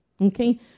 Okay